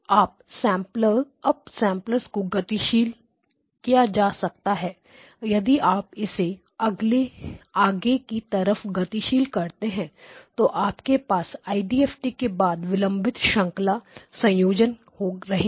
up samplers को गतिशील किया जा सकता है यदि आप इसे आगे की तरफ गतिशील करते हैं तो आप के पास आईडीएफटी के बाद विलंबित श्रृंखला संयोजन रहेगा